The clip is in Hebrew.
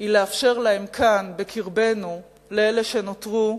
היא לאפשר להם כאן, בקרבנו, לאלה שנותרו,